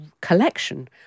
collection